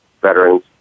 veterans